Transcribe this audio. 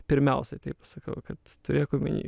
pirmiausia taip pasakau kad turėk omeny